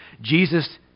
Jesus